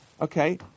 Okay